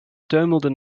tuimelde